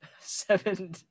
seven